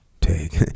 Take